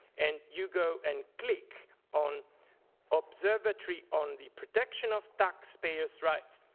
and you go and click on observatory on the protection of taxpayers' rights.